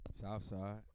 Southside